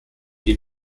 den